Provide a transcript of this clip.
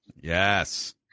Yes